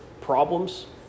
problems